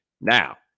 Now